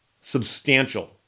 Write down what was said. substantial